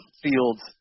fields